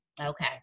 Okay